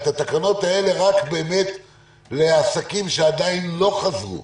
התקנות האלה רק באמת לעסקים שעדיין לא חזרו?